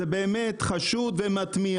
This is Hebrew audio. זה באמת חשוד ומתמיה.